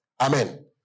Amen